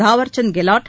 Thaawarchand Gehlot